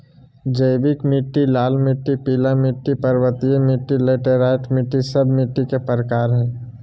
जैविक मिट्टी, लाल मिट्टी, पीला मिट्टी, पर्वतीय मिट्टी, लैटेराइट मिट्टी, सब मिट्टी के प्रकार हइ